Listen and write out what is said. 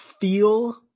feel